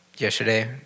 Yesterday